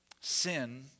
Sin